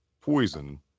poison